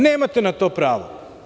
Nemate na to pravo.